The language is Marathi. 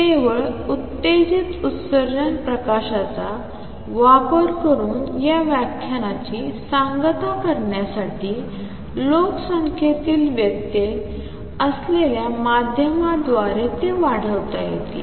तर केवळ उत्तेजित उत्सर्जन प्रकाशाचा वापर करून या व्याख्यानाची सांगता करण्यासाठी लोकसंख्येतील व्यत्यय असलेल्या माध्यमाद्वारे ते वाढवता येते